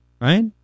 right